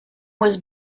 was